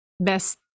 best